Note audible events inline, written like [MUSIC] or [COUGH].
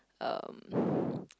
um [BREATH]